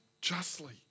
justly